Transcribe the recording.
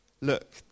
Look